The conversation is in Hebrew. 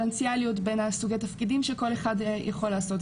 דיפרנציאליות בין סוגי התפקידים שכל אחד יכול לעשות,